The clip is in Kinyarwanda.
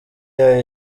yeah